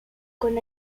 con